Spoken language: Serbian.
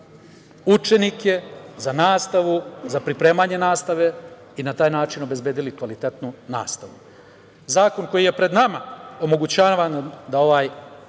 učenike, za nastavu, za pripremanje nastave i na taj način obezbedili kvalitetnu nastavu. Zakon koji je pred nama omogućava nam da ovaj